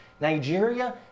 Nigeria